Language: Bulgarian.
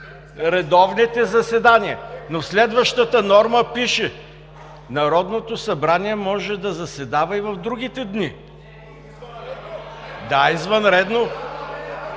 редовните заседания. В следващата норма пише: „Народното събрание може да заседава и в другите дни“.